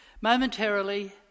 Momentarily